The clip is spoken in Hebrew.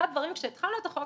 אחד הדברים כאשר התחלנו את החוק,